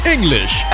English